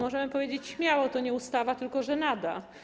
Możemy powiedzieć śmiało: to nie ustawa, tylko żenada.